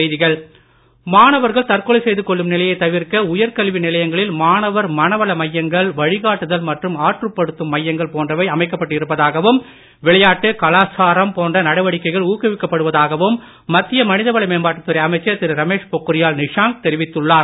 மக்களவை மாணவர்கள் தற்கொலை செய்து கொள்ளும் நிலையை தவிர்க்க உயர் கல்வி நிலையங்களில் மாணவர் மன வள மையங்கள் வழிகாட்டுதல் மற்றும் ஆற்றுப் படுத்தும் மையங்கள் போன்றவை அமைக்கப்பட்டு இருப்பதாகவும் விளையாட்டு கலாச்சாரம் போன்ற நடவடிக்கைகள் ஊக்குவிக்கப்படுவதாகவும் மத்திய மனிதவள மேம்பாட்டுத் துறை அமைச்சர் திரு ரமேஷ் போக்ரியால் நிஷாங்க் தெரிவித்துள்ளார்